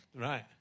Right